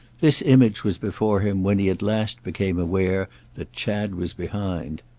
this image was before him when he at last became aware that chad was behind.